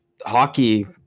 hockey